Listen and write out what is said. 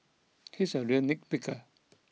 he is a real nitpicker